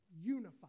unified